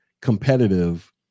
competitive